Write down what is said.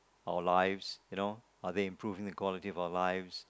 our lives you know are they improving the quality of our lives